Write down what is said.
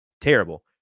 terrible